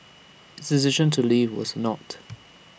its decision to leave was not